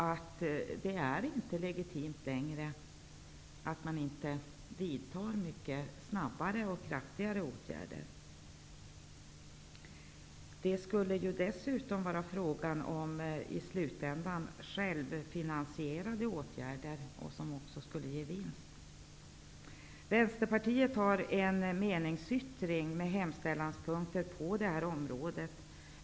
Det är inte längre legitimt att inte vidta mycket snabba och kraftiga åtgärder. Det skulle dessutom i slutändan vara fråga om självfinansierade åtgärder som skulle ge en vinst. Vänsterpartiet har en meningsyttring med hemställanspunkter på detta området.